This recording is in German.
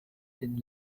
den